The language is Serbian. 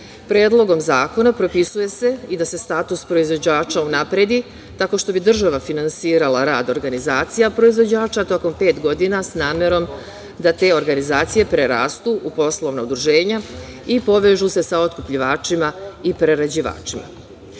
Predlogom zakona propisuje se i da se status proizvođača unapredi tako što bi država finansirala rad organizacija proizvođača tokom pet godina sa namerom da te organizacije prerastu u poslovna udruženja i povežu se sa otkupljivačima i prerađivačima. Poljoprivreda